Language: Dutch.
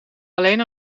alleen